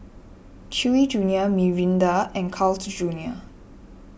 Chewy Junior Mirinda and Carl's Junior